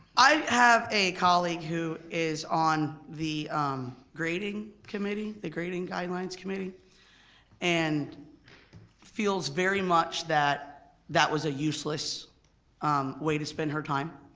i have a colleague who is on the grading committee, the grading guidelines committee and feels very much that that was a useless way to spend her time